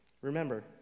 Remember